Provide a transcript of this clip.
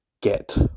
get